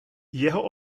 jeho